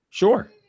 Sure